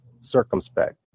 circumspect